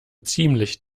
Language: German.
ziemlich